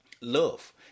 love